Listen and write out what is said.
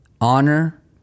honor